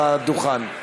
לדוכן.